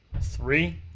three